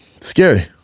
Scary